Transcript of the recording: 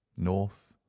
north,